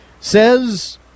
says